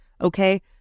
okay